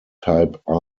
type